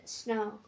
snow